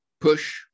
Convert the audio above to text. Push